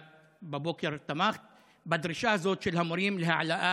ובבוקר את תמכת בדרישה הזאת של המורים להעלאת